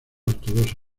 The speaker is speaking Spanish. ortodoxa